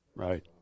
Right